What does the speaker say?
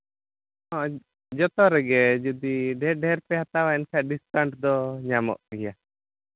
ᱦᱮᱸ ᱡᱚᱛᱚ ᱨᱮᱜᱮ ᱡᱩᱫᱤ ᱰᱷᱮᱨ ᱰᱷᱮᱨ ᱯᱮ ᱦᱟᱛᱟᱣᱟ ᱮᱱᱠᱷᱟᱱ ᱰᱤᱥᱠᱟᱣᱩᱱᱴ ᱫᱚ ᱧᱟᱢᱚᱜ ᱜᱮᱭᱟ